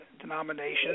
denomination